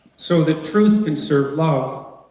so that truth can serve love,